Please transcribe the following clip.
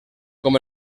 com